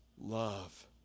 love